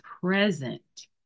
present